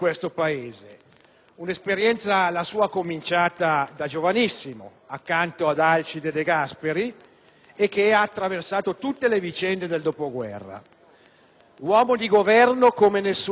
Un'esperienza, la sua, cominciata da giovanissimo, accanto ad Alcide De Gasperi, e che ha attraversato tutte le vicende del dopoguerra. Uomo di Governo come nessun altro,